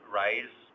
rise